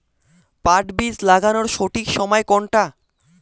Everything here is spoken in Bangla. পাট বীজ লাগানোর সঠিক সময় কোনটা?